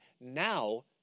now